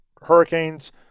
hurricanes